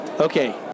Okay